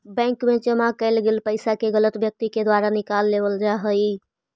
bank मैं जमा कैल गेल पइसा के गलत व्यक्ति के द्वारा निकाल लेवल जा हइ